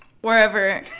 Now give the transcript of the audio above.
wherever